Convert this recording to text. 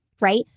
right